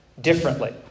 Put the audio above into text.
differently